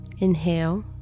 Inhale